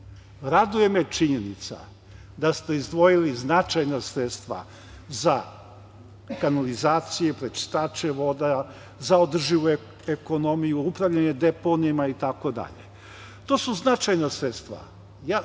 Raduje me činjenica da ste izdvojili značajna sredstva za kanalizaciju, prečistače voda, za održivu ekonomiju, upravljanje deponijama itd. To su značajna sredstva.